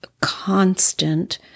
constant